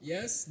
Yes